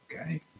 okay